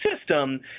system